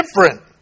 different